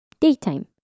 Daytime